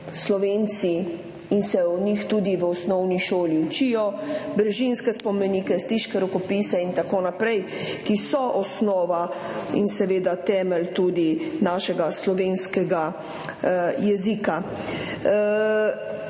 Slovenci, in se o njih tudi v osnovni šoli učijo, Brižinske spomenike, Stiške rokopise in tako naprej, ki so osnova in seveda temelj tudi našega slovenskega jezika.